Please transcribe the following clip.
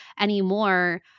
anymore